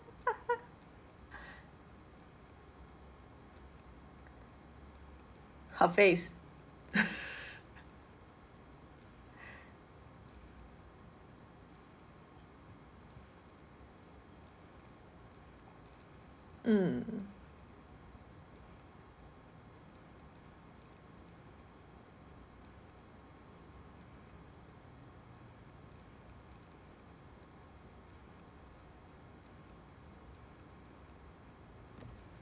her face mm